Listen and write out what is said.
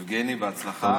יבגני, בהצלחה.